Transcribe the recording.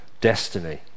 destiny